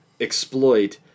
exploit